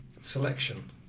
selection